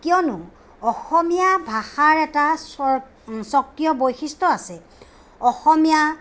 কিয়নো অসমীয়া ভাষাৰ এটা স্ব স্বকীয় বৈশিষ্ট্য আছে অসমীয়া